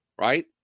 right